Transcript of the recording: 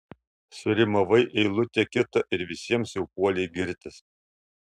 surimavai eilutę kitą ir visiems jau puoli girtis